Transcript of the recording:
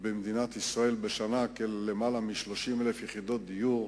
במדינת ישראל בשנה, של יותר מ-30,000 יחידות דיור,